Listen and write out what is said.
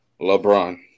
LeBron